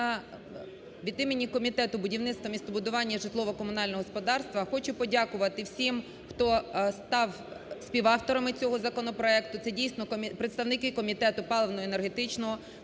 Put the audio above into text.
від імені Комітету будівництва, містобудування і житлово-комунального господарства хочу подякувати всім, хто став співавторами цього законопроекту. Це дійсно представники Комітету паливно-енергетичного,